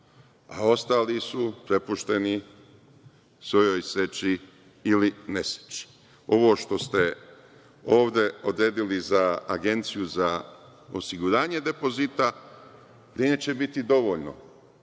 a ostali su prepušteni svojoj sreći ili nesreći. Ovo što se ovde odredili za Agenciju za osiguranje depozita neće biti dovoljno,